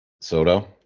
Soto